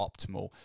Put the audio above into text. optimal